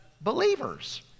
Believers